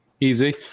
Easy